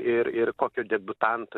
ir ir kokio debiutanto